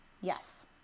Yes